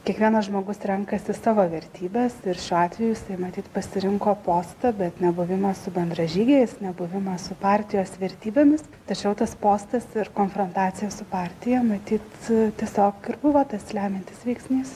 kiekvienas žmogus renkasi savo vertybes ir šiuo atveju jisai matyt pasirinko postą bet ne buvimą su bendražygiais ne buvimą su partijos vertybėmis tačiau tas postas ir konfrontacija su partija matyt tiesiog buvo tas lemiantis veiksnys